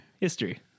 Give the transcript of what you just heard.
History